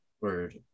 Word